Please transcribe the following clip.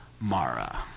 Mara